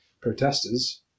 protesters